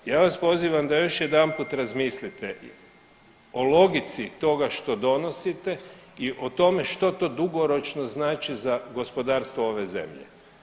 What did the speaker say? Ja vas pozivam da još jedanput razmislite o logici toga što donosite i o tome što to dugoročno znači za gospodarstvo ove zemlje.